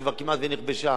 שכבר כמעט שנכבשה,